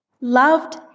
loved